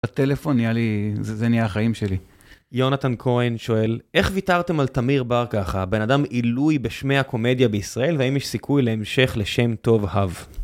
הטלפון נהיה לי, זה נהיה החיים שלי. יונתן כהן שואל, איך ויתרתם על תמיר בר ככה? הבן אדם עילוי בשמי הקומדיה בישראל, והאם יש סיכוי להמשך לשם טוב האבי?